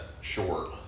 short